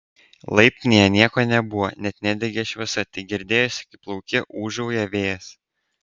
laiptinėje nieko nebuvo net nedegė šviesa tik girdėjosi kaip lauke ūžauja vėjas